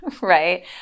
right